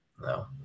No